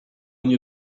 nie